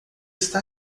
está